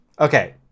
okay